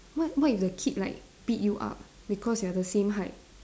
what what if the kid like beat you up because you are the same height